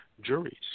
juries